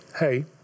hey